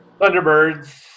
Thunderbirds